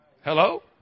Hello